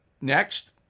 Next